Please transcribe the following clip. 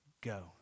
go